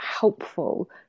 helpful